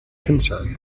concern